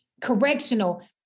correctional